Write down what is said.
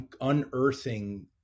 unearthing